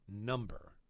number